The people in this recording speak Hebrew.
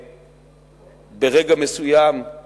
וברגע מסוים הוא